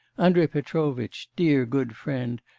andrei petrovitch, dear good friend,